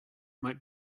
might